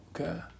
Okay